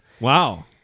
Wow